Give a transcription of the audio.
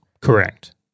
Correct